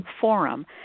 forum